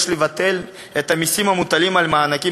יש לבטל את המסים המוטלים על המענקים